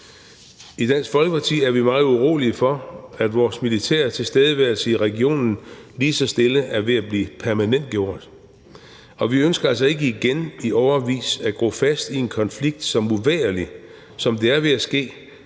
I Dansk Folkeparti er vi meget urolige for, at vores militære tilstedeværelse i regionen lige så stille er ved at blive permanentgjort, og vi ønsker altså ikke igen i årevis at gro fast i en konflikt, som uvægerligt – som det er ved at ske